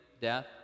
death